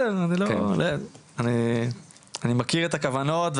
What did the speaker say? אני מכיר את הכוונות,